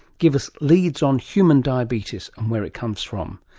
give us leads on human diabetes and where it comes from?